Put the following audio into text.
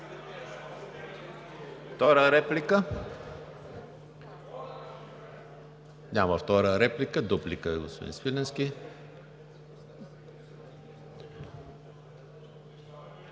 Втора реплика? Няма втора реплика. Дуплика – господин Свиленски.